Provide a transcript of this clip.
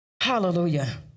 Hallelujah